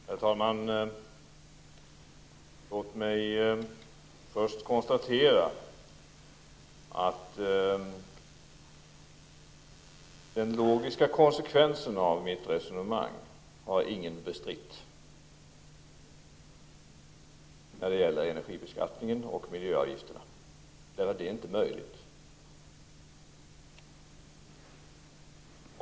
Herr talman! Låt mig först konstatera att ingen har bestritt att den logiska konsekvensen av mitt resonemang varken när det gäller energibeskatten eller när det gäller miljöavgifterna, därför att det är inte möjligt.